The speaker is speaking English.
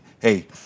hey